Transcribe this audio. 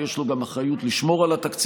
ויש לו גם אחריות לשמור על התקציב,